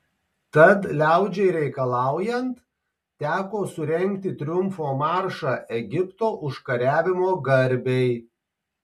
tad liaudžiai reikalaujant teko surengti triumfo maršą egipto užkariavimo garbei